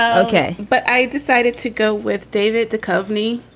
ah okay. but i decided to go with david, the company.